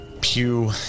Pew